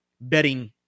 betting